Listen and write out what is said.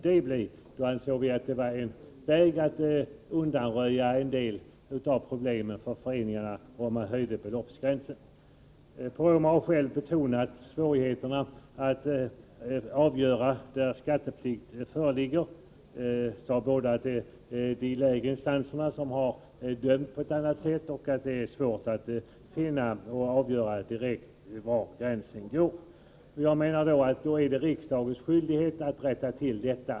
Då ansåg vi att det var en väg att undanröja en del av problemen för föreningarna att höja beloppsgränsen. Poromaa har själv betonat svårigheterna att avgöra när skattepliktighet föreligger. Man har sagt att det är de lägre instanserna som bedömt på ett helt annat sätt och att det är svårt att avgöra direkt var gränsen skall gå. Då menar jag att det är riksdagens skyldighet att rätta till detta.